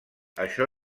això